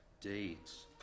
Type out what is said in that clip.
deeds